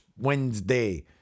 wednesday